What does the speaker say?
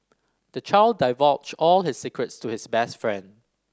the child divulged all his secrets to his best friend